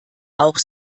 auch